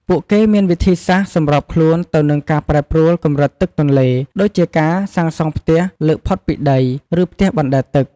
ពួកគេមានវិធីសាស្រ្តសម្របខ្លួនទៅនឹងការប្រែប្រួលកម្រិតទឹកទន្លេ ដូចជាការសាងសង់ផ្ទះលើកផុតពីដី ឬផ្ទះបណ្ដែតទឹក។